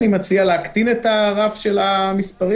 אני מציע להקטין את הרף של המספרים